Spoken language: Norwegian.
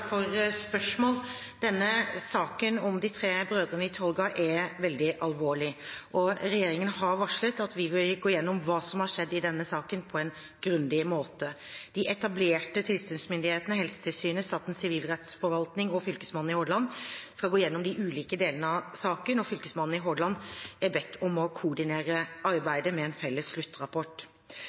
for spørsmålet. Denne saken om de tre brødrene i Tolga er veldig alvorlig. Regjeringen har varslet at vi vil gå gjennom hva som har skjedd i denne saken på en grundig måte. De etablerte tilsynsmyndighetene Helsetilsynet, Statens sivilrettsforvaltning og Fylkesmannen i Hordaland skal gå gjennom de ulike delene av saken, og Fylkesmannen i Hordaland er bedt om å koordinere arbeidet med en felles sluttrapport.